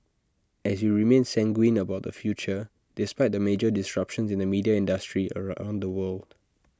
as we remain sanguine about our future despite the major disruptions in the media industry A around the world